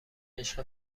عشق